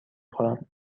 خورم